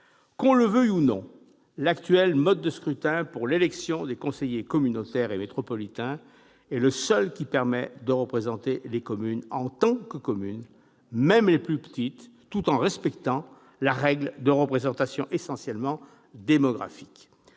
Qu'on le veuille ou non, l'actuel mode de scrutin pour l'élection des conseillers communautaires et métropolitains est le seul qui permette la représentation des communes, même les plus petites, en tant que communes, tout en respectant la règle de représentation essentiellement démographique.